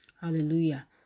hallelujah